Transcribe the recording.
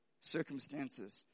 Circumstances